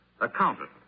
accountant